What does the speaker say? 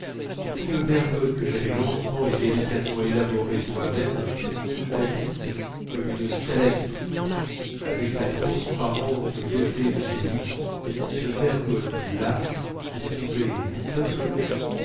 tout le bergotte que j'avais lentement et délicatement élaboré moi-même goutte à goutte comme une stalactite avec la transparente beauté de ses livres ce bergotte là se trouvait d'un seul coup